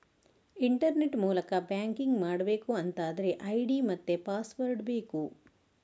internet ಮೂಲಕ banking ಮಾಡ್ಬೇಕು ಅಂತಾದ್ರೆ ಐಡಿ ಮತ್ತೆ ಪಾಸ್ವರ್ಡ್ ಬೇಕು